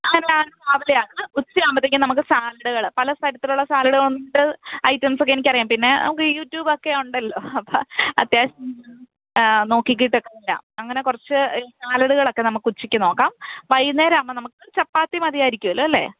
അരിയാഹാരങ്ങൾ രാവിലെയാണ് ഉച്ച ആകുമ്പത്തേക്കും നമുക്ക് സലാഡുകൾ പല തരത്തിൽ ഉള്ള സലാഡുകൾ ഉണ്ട് ഐറ്റംസൊക്കെ എനിക്കറിയാം പിന്നെ നമുക്ക് യൂട്യുബൊക്കെ ഉണ്ടല്ലോ അപ്പോൾ അത്യാവശ്യം നോക്കിയിട്ടൊക്കെ ചെയ്യാം അങ്ങനെ കുറച്ച് സാലഡ്കളൊക്കെ നമുക്ക് ഉച്ചയ്ക്ക് നോക്കാം വൈകുന്നേരമാകുമ്പോൾ നമുക്ക് ചപ്പാത്തി മതിയായിരിക്കുമല്ലോ അല്ലേ